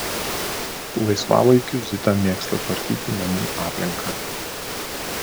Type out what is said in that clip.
laisvalaikiu zita mėgsta tvarkyti namų aplinką